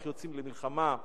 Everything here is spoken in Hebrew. איך יוצאים למלחמה,